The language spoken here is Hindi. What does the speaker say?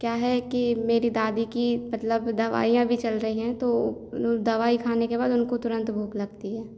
क्या है की मेरी दादी की मतलब दवाईयाँ भी चल रही हैं तो उन दवाई खाने के उनको तुरंत भूख लगती है